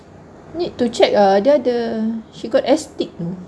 need to check uh dia ada she got